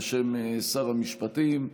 בשם שר המשפטים,